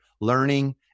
learning